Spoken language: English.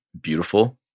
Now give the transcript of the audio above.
beautiful